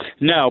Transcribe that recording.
No